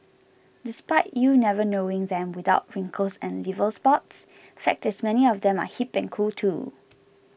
despite you never knowing them without wrinkles and liver spots fact is many of them are hip and cool too